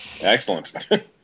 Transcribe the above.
Excellent